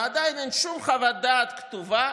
ועדיין אין שום חוות דעת כתובה,